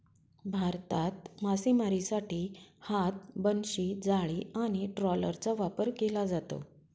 भारतात मासेमारीसाठी हात, बनशी, जाळी आणि ट्रॉलरचा वापर केला जातो